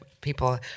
people